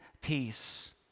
peace